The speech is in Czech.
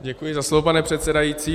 Děkuji za slovo, pane předsedající.